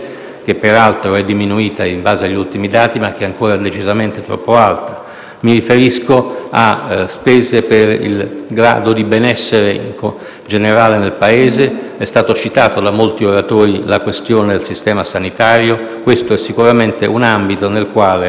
che peraltro è diminuita in base agli ultimi dati, ma che è ancora decisamente troppo alta; mi riferisco a spese per il grado di benessere generale nel Paese. È stata citata da molti oratori la questione del sistema sanitario: questo è sicuramente un ambito nel quale